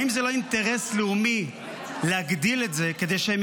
האם זה לא אינטרס לאומי להגדיל את זה כדי שהם